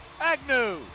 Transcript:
Agnew